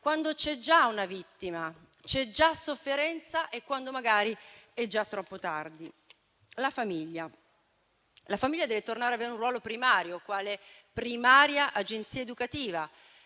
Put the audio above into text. quando c'è già una vittima, c'è già sofferenza e quando magari è già troppo tardi. La famiglia deve tornare ad avere un ruolo primario, quale primaria agenzia educativa